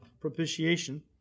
propitiation